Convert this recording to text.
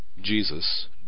Jesus